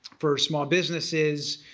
for small businesses,